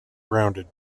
grounded